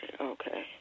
Okay